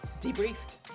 debriefed